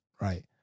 right